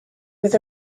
with